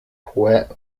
poet